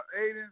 Aiden